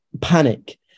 panic